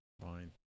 Fine